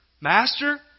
Master